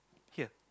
here